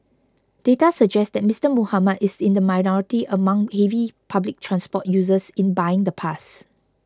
data suggest that Mister Muhammad is in the minority among heavy public transport users in buying the pass